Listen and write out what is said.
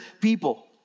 people